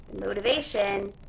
motivation